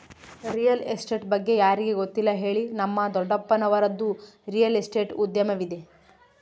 real estate ಬಗ್ಗೆ ಯಾರಿಗೆ ಗೊತ್ತಿಲ್ಲ ಹೇಳಿ, ನಮ್ಮ ದೊಡ್ಡಪ್ಪನವರದ್ದು ರಿಯಲ್ ಎಸ್ಟೇಟ್ ಉದ್ಯಮವಿದೆ